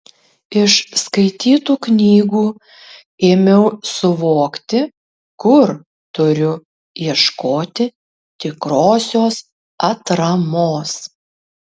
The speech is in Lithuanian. iš skaitytų knygų ėmiau suvokti kur turiu ieškoti tikrosios atramos